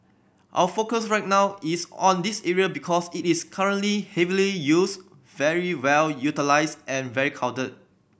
our focus right now is on this area because it is currently heavily used very well utilised and very crowded